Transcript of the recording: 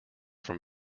from